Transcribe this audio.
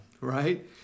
right